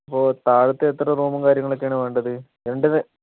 അപ്പോൾ താഴത്ത് എത്ര റൂമും കാര്യങ്ങളുമൊക്കെയാണ് വേണ്ടത് രണ്ടുനില